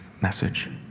message